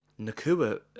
nakua